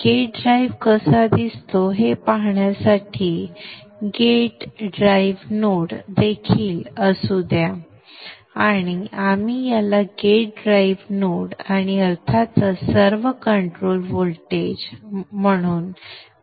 gate drive कसा दिसतो हे पाहण्यासाठी गेट ड्राईव्ह नोड देखील असू द्या आणि त्याला आपण गेट ड्राइव्ह नोड आणि अर्थातच सर्व कंट्रोल व्होल्टेज Vc म्हणून कॉल करू